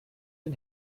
den